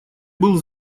был